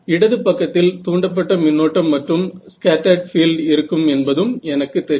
இடது பக்கத்தில் தூண்டப்பட்ட மின்னோட்டம் மற்றும் ஸ்கேட்டர்ட் பீல்ட் இருக்கும் என்பதும் எனக்கு தெரியும்